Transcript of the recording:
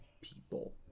people